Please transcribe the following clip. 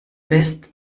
bist